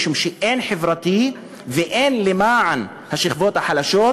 כי אין חברתי ואין למען השכבות החלשות